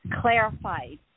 clarified